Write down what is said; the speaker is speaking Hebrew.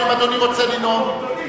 האם אדוני רוצה לנאום?